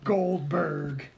Goldberg